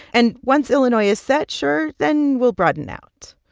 and once illinois is set, sure, then we'll broaden out.